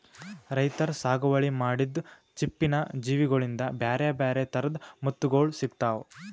ರೈತರ್ ಸಾಗುವಳಿ ಮಾಡಿದ್ದ್ ಚಿಪ್ಪಿನ್ ಜೀವಿಗೋಳಿಂದ ಬ್ಯಾರೆ ಬ್ಯಾರೆ ಥರದ್ ಮುತ್ತುಗೋಳ್ ಸಿಕ್ತಾವ